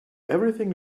everything